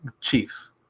Chiefs